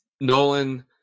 nolan